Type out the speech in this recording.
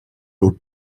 aux